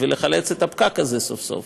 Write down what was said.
ולחלוץ את הפקק הזה סוף-סוף.